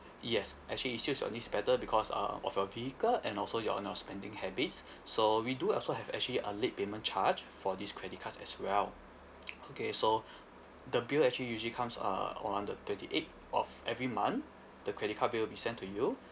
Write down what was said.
yes actually it suits your needs better because uh of your vehicle and also your you know spending habits so we do also have actually a late payment charge for these credit cards as well okay so the bill actually usually comes uh on the twenty eighth of every month the credit card bill will be sent to you